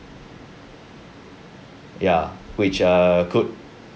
ya which err could